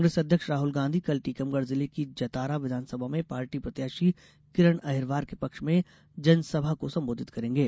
कांग्रेस अध्यक्ष राहुल गांधी कल टीकमगढ जिले की जतारा विधानसभा में पार्टी प्रत्याशी किरण अहिरवार के पक्ष में जनसभा को संबोधित करेंगे